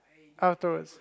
outdoors